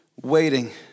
waiting